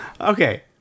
Okay